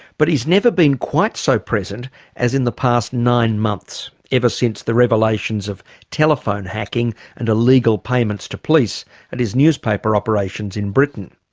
but he's never been quite so present as in the past nine months ever since the revelations of telephone hacking and illegal payments to police at his newspaper operations in britain.